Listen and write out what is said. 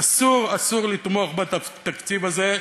אסור, אסור לתמוך בתקציב הזה.